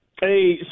Hey